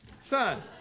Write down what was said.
son